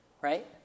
right